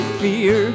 fear